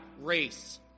Race